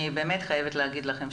אני באמת חייבת להגיד לכם,